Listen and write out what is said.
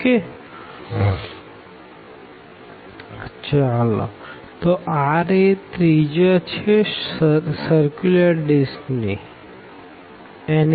Sa2 x2 y2dxdy તો R એ radius છે સર્ક્યુલર ડિસ્ક ની